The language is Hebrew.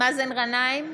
מאזן גנאים,